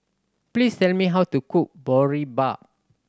please tell me how to cook Boribap